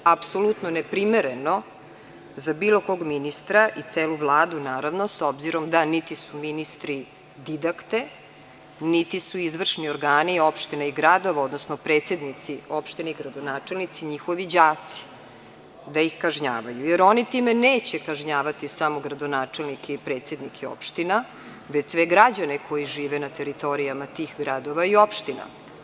Apsolutno neprimereno za bilo kog ministra i celu Vladu, s obzirom da niti su ministri didakte, niti su izvršni organi opštine i gradova, odnosno predsednici opština i gradonačelnici njihovi đaci da ih kažnjavaju, jer oni time neće kažnjavati samo gradonačelnike i predsednike opština, već sve građane koji žive na teritorijama tih gradova i opština.